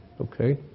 Okay